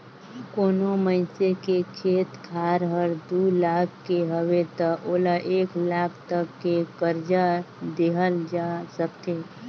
कोनो मइनसे के खेत खार हर दू लाख के हवे त ओला एक लाख तक के करजा देहल जा सकथे